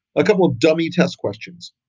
a couple dummy test questions.